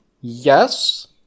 Yes